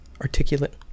articulate